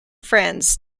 friends